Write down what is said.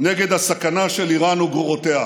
נגד הסכנה של איראן וגרורותיה.